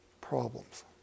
problems